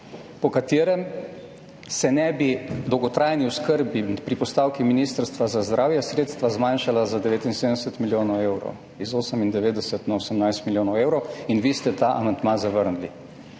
po katerem se ne bi dolgotrajni oskrbi pri postavki Ministrstva za zdravje sredstva zmanjšala za 79 milijonov evrov iz 98 na 11 milijonov evrov in vi ste ta amandma zavrnili.